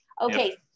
Okay